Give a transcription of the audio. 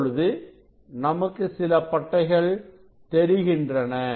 இப்பொழுது நமக்கு சில பட்டைகள் தெரிகின்றன